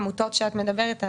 עמותות שאת מדברת עליהן,